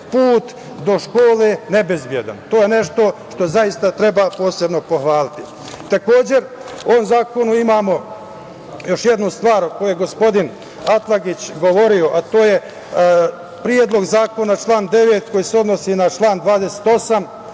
put do škole nebezbedan. To je nešto što zaista treba posebno pohvaliti. Takođe, u ovom zakonu imamo još jednu stvar koju je gospodin Atlagić govorio, a to je Predlog zakona, član 9. koji se odnosi na član 28,